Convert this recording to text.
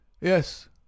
Yes